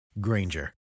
Granger